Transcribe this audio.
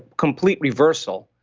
complete reversal,